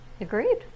Agreed